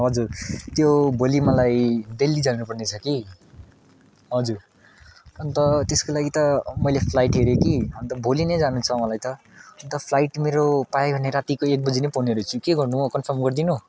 हजुर त्यो भोलि मलाई दिल्ली जानुपर्ने छ कि हजुर अन्त त्यसको लागि त मैले फ्लाइट हेरेँ कि अन्त भोलि नै जानु छ मलाई त अन्त फ्लाइट मेरो पायो भने रातिको एक बजी नै पाउनेरहेछु के गर्नु हौ कन्फर्म गरिदिनु